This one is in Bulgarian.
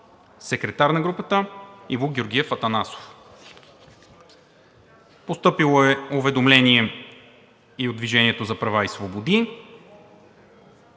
секретар на групата – Иво Георгиев Атанасов. Постъпило е уведомление от „Движение за права и свободи“.